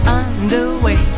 underway